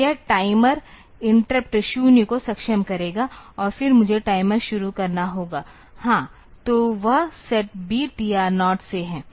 तो यह timer interrupt 0 को सक्षम करेगा और फिर मुझे टाइमर शुरू करना होगा हां तो वह SETB TR 0 से है